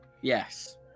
Yes